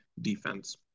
defense